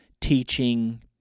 teaching